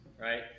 right